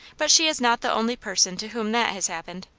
but she is not the only person to whom that has happened.